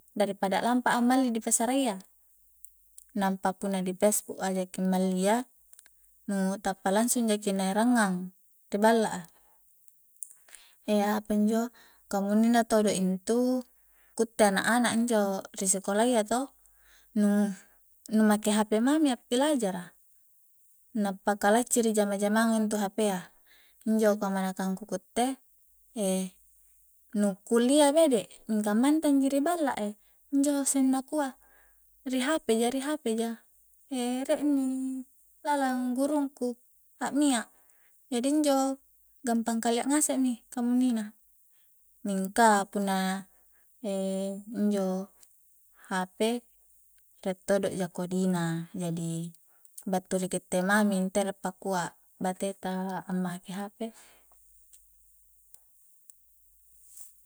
Daripada lampa a malli di pasarayya nampa punna ri facebook jaki ammali iya nu tappa langsung jaki na erangngang ri balla a apanjo kamunnina todo intu kutte anak-anak a injo ri sikola yya to nu-nu make hp mami a'pilajara na paka lacciri jamang-jamanga intu hp iya injo kamanakangku ku utte nu kullia bede mingka mantang ji ri balla a injo seng nakua ri hp ja- ri hp ja rie inni lalang gurungku akmia, jadi injo gampang kalia ngasek mi kamuninna, mingka punna injo hp rie todo ja kodi na, jadi battu ri kitte mami ntere pakua bate ta ammake hp